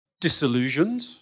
disillusioned